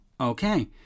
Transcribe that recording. Okay